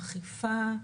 אכיפה,